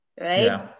right